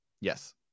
yes